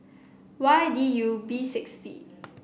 Y D U B six V